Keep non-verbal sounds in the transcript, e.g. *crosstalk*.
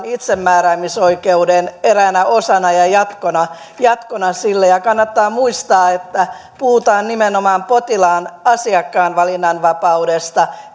*unintelligible* itsemääräämisoikeuden eräänä osana ja jatkona jatkona sille kannattaa muistaa että puhutaan nimenomaan potilaan ja asiakkaan valinnanvapaudesta *unintelligible*